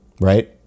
right